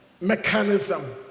mechanism